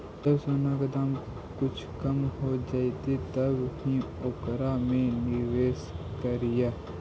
जब सोने के दाम कुछ कम हो जइतइ तब ही ओकरा में निवेश करियह